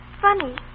funny